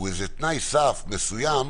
הוא איזה תנאי סף מסוים,